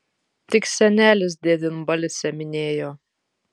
tik senelis devynbalsę minėjo